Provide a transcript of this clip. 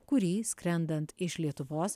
kurį skrendant iš lietuvos